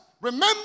Remember